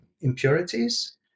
impurities